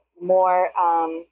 more